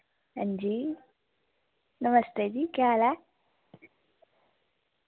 हां जी नमस्ते जी केह् हाल ऐ